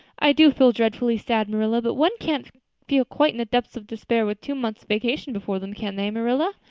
i do feel dreadfully sad, marilla. but one can't feel quite in the depths of despair with two months' vacation before them, can they, marilla?